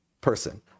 person